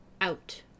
out